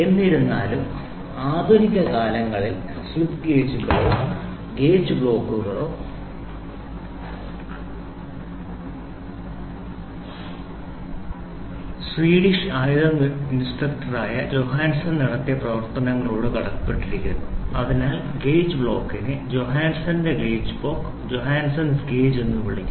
എന്നിരുന്നാലും ആധുനിക കാലങ്ങളിൽ സ്ലിപ്പ് ഗേജുകളോ ഗേജ് ബ്ലോക്കുകളോ slip gaugegauge block സ്വീഡിഷ് ആയുധശാല ഇൻസ്പെക്ടറായ ജോഹാൻസൺ നടത്തിയ പ്രവർത്തനങ്ങളോട് കടപ്പെട്ടിരിക്കുന്നു അതിനാൽ ഗേജ് ബ്ലോക്കിനെ ജോഹാനാസന്റെ ഗേജ് Johanasson's gauge എന്ന് വിളിക്കുന്നു